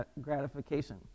gratification